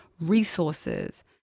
resources